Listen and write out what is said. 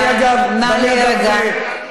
נא להירגע.